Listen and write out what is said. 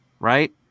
right